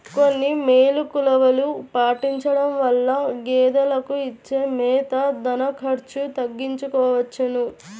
కొన్ని మెలుకువలు పాటించడం వలన గేదెలకు ఇచ్చే మేత, దాణా ఖర్చు తగ్గించుకోవచ్చును